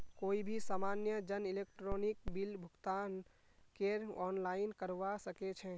कोई भी सामान्य जन इलेक्ट्रॉनिक बिल भुगतानकेर आनलाइन करवा सके छै